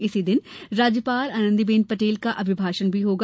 इसी दिन राज्यपाल आनंदीबेन पटेल का अभिभाषण भी होगा